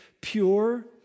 pure